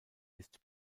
ist